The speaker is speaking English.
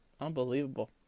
Unbelievable